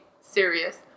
serious